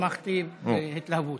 תמכתי בהתלהבות.